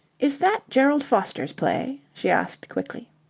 is that gerald foster's play? she asked quickly.